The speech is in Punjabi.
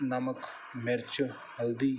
ਨਮਕ ਮਿਰਚ ਹਲਦੀ